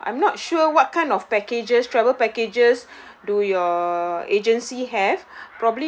uh I'm not sure what kind of packages travel packages do your agency have